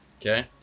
Okay